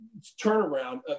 turnaround